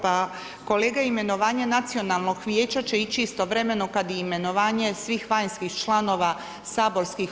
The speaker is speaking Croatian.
Pa kolega imenovanje Nacionalnog vijeća će ići istovremeno kad i imenovanje svih vanjskih članova saborskih